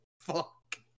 Fuck